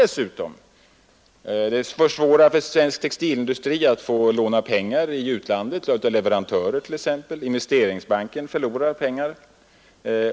Den har gjort det svårare för svensk textilindustri att låna i utlandet från t.ex. leverantörer, och investeringsbanken kommer att förlora pengar.